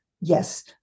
yes